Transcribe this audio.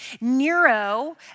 Nero